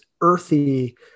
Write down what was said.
earthy